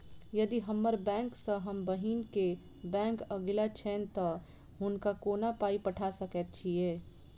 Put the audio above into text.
यदि हम्मर बैंक सँ हम बहिन केँ बैंक अगिला छैन तऽ हुनका कोना पाई पठा सकैत छीयैन?